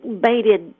baited